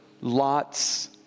Lot's